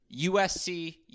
USC